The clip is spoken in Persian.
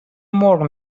مرغ